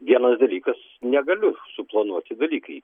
vienas dalykas negaliu suplanuoti dalykai